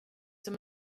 som